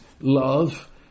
love